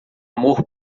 amor